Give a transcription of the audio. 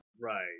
Right